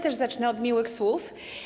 Też zacznę od miłych słów.